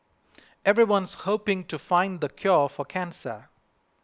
everyone's hoping to find the cure for cancer